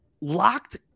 locked